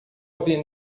havia